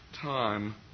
time